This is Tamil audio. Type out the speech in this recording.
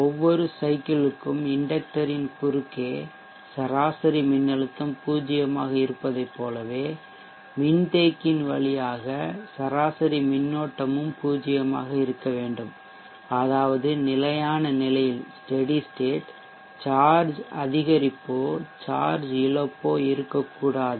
ஒவ்வொரு சைக்கிள் க்கும் இண்டக்டர் யின் குறுக்கே சராசரி மின்னழுத்தம் பூஜ்ஜியமாக இருப்பதைப் போலவே மின்தேக்கியின் வழியாக சராசரி மின்னோட்டமும் பூஜ்ஜியமாக இருக்க வேண்டும் அதாவது நிலையான நிலையில் ஸ்டெடி ஸ்டேட் சார்ஜ் அதிகரிப்போ சார்ஜ் இழப்போ இருக்கக் கூடாது